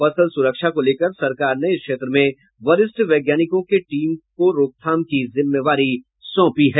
फसल सुरक्षा को लेकर सरकार ने इस क्षेत्र में वरिष्ठ वैज्ञानिकों के टीम को रोकथाम की जिम्मेवारी सौंपी है